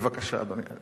בבקשה, אדוני.